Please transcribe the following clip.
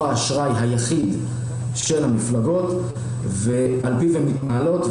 האשראי היחיד של המפלגות ועל פיו הן מתנהלות.